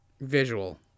visual